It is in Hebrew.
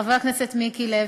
חבר הכנסת מיקי לוי,